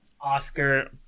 Oscar